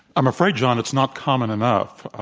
i'm afraid, john, it's not common enough,